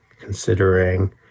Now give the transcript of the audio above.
considering